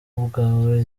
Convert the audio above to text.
ubwawe